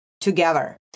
together